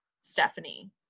Stephanie